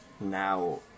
now